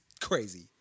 crazy